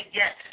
yes